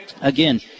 Again